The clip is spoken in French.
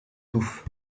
touffes